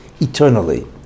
eternally